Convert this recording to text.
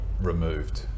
removed